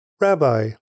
Rabbi